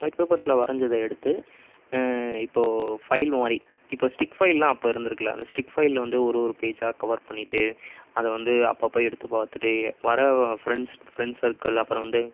white பேபர்ஸில் வரைஞ்சத எடுத்து இப்போது ஃபைல் மாதிரி இப்போ ஸ்டிக் ஃபைல்லாம் அப்போ இருந்துருக்குல அந்த ஸ்டிக் ஃபைலில் வந்து ஒரு ஒரு பேஜை கவர் பண்ணிட்டு அதை வந்து அப்போப்ப எடுத்து பார்த்துட்டே வர ப்ரெண்ட்ஸ் ப்ரெண்ட்ஸ் சர்கில் அப்புறம் வந்து